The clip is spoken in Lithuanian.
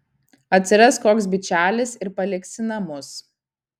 atsiras koks bičelis ir paliksi namus